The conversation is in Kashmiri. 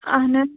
اہن حظ